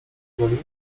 woli